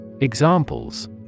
Examples